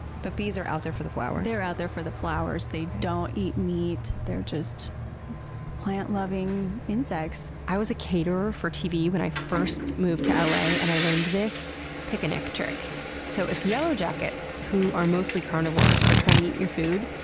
but bees are out there for the flowers. they're out there for the flowers. they don't eat meat. they're just plant-loving insects. i was a caterer for tv when i first moved to la and i learned this picnic so if yellow jackets, who are mostly carnivores, are trying to eat your food,